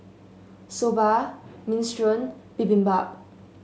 Soba Minestrone Bibimbap